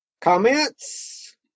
Comments